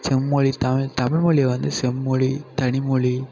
செம்மொழி தமிழ் தமிழ் மொழிய வந்து செம்மொழி தனிமொழி